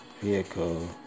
vehicle